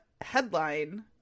headline